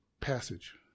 passage